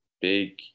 big